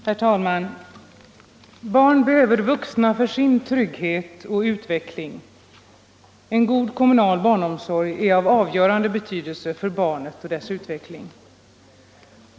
Herr talman! Barn behöver vuxna för sin trygghet och utveckling. En god kommunal barnomsorg är av avgörande betydelse för barnet och dess utveckling.